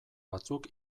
batzuk